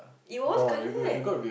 it was coloured